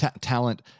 talent